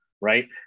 right